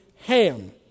Ham